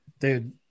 Dude